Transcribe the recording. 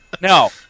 no